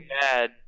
bad